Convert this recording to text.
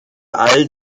all